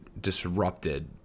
disrupted